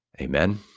amen